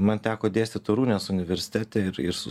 man teko dėstyt torunės universitete ir ir su